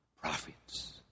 prophets